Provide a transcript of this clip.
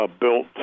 built